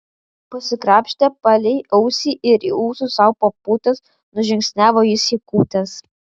pasikrapštė palei ausį ir į ūsus sau papūtęs nužingsniavo jis į kūtes